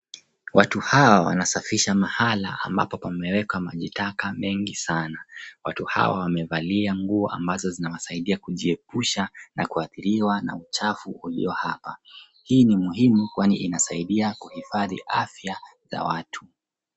Watu hawa wanasafisha mahala ambapo pamewekwa maji taka mengi sana. Watu hawa wamevalia nguo ambazo zinawasaidia kujiepusha na kuathiriwa na uchafu ulio hapa. Hii ni muhimu kwani inasaidia kuhifadhi afya ya watu.